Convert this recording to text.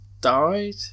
died